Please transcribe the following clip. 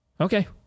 Okay